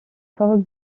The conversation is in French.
force